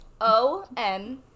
O-N